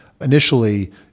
initially